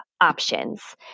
options